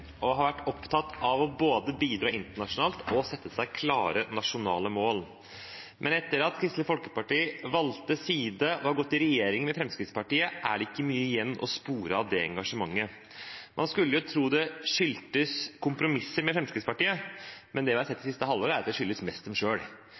og har vært opptatt av både å bidra internasjonalt og å sette seg klare nasjonale mål, men etter at Kristelig Folkeparti valgte side og har gått i regjering med Fremskrittspartiet, er det ikke mye igjen å spore av det engasjementet. Man skulle tro det skyldtes kompromisser med Fremskrittspartiet, men det vi har sett